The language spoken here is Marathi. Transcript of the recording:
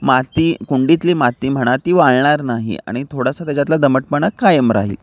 माती कुंडीतली माती म्हणा ती वाळणार नाही आणि थोडासा त्याच्यातला दमटपणा कायम राहील